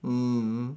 mm